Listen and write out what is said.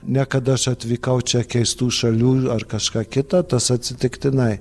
ne kada aš atvykau čia keistų šalių ar kažką kita tas atsitiktinai